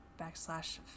backslash